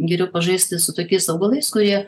geriau pažaisti su tokiais augalais kurie